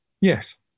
Yes